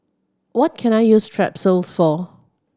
what can I use Strepsils for